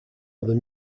other